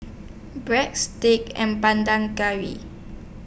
Breadsticks and Ban Dan Curry